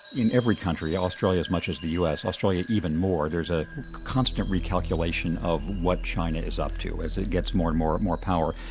in every country, australia as much as the us, australia even more, there's a constant recalculation of what china is up to, as it gets more and more and more power.